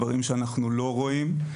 דברים שאנחנו לא רואים,